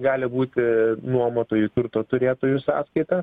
gali būti nuomotojų turto turėtojų sąskaita